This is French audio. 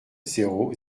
zéro